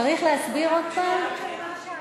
ברגע שאמרו: